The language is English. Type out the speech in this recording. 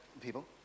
people